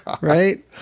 right